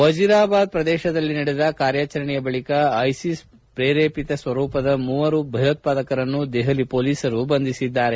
ವಾಜೀರಾಬಾದ್ ಪ್ರದೇಶದಲ್ಲಿ ನಡೆದ ಕಾರ್ಯಾಚರಣೆಯ ಬಳಿಕ ಐಸಿಸ್ ಪ್ರೇರೇಪಿತ ಸ್ನರೂಪದ ಮೂವರು ಭಯೋತ್ಪಾದಕರನ್ನು ದೆಹಲಿ ಪೊಲೀಸರು ಬಂಧಿಸಿದ್ಗಾರೆ